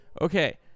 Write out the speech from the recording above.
okay-